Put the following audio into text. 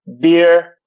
beer